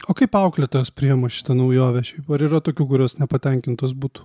o kaip auklėtojos priima šitą naujovę šiaip ar yra tokių kurios nepatenkintos butų